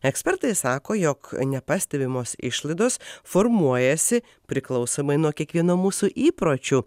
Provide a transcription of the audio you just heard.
ekspertai sako jog nepastebimos išlaidos formuojasi priklausomai nuo kiekvieno mūsų įpročių